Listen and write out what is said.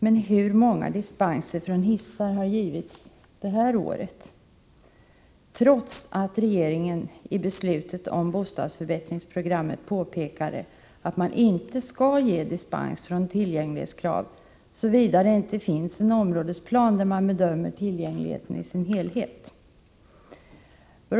Men hur många dispenser från hissar har givits detta år? Det har skett trots att riksdagen i beslutet om bostadsförbättringsprogrammet påpekade att man inte skall ge dispens från tillgänglighetskrav såvida det inte finns en områdesplan där man bedömer tillgängligheten i sin helhet.